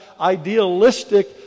idealistic